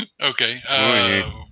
Okay